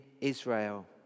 Israel